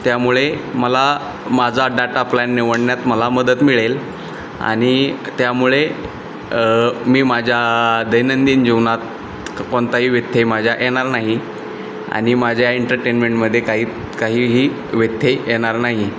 त्यामुळे मला माझा डाटा प्लॅन निवडण्यात मला मदत मिळेल आणि त्यामुळे मी माझ्या दैनंदिन जीवनात कोणताही व्यत्यय माझ्या येणार नाही आणि माझ्या एंटरटेनमेंटमध्ये काही काहीही व्यत्यय येणार नाही